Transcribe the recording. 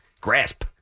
Grasp